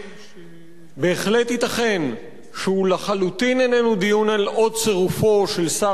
בהחלט ייתכן שהוא לחלוטין איננו דיון על צירופו של עוד שר לממשלה,